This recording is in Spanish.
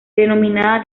denominada